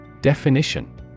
Definition